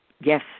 yes